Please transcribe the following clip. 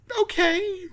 Okay